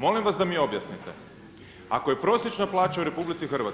Molim vas da mi objasnite, ako je prosječna plaća u RH